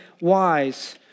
wise